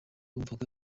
wumvaga